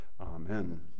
Amen